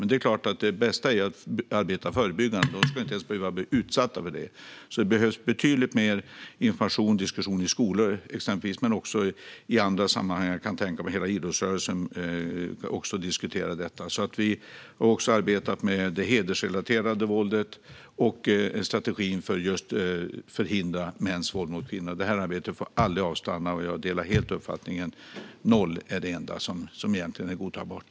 Men det är klart att det bästa är att arbeta förebyggande; de ska inte ens behöva bli utsatta för detta. Det behövs alltså betydligt mer information och diskussion exempelvis i skolor, men också i andra sammanhang. Jag kan tänka mig att hela idrottsrörelsen diskuterar detta. Vi har också arbetat med det hedersrelaterade våldet och en strategi för att förhindra mäns våld mot kvinnor. Det här arbetet får aldrig avstanna, och jag delar helt uppfattningen att noll är det enda som är godtagbart.